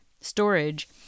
storage